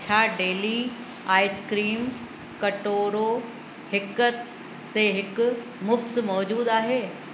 छा daily ice cream कटोरो ते हिकु ते हिकु मुफ़्तु मौजूदु आहे